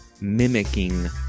mimicking